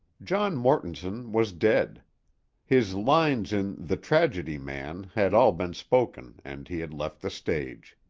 john mortonson was dead his lines in the tragedy man had all been spoken and he had left the stage.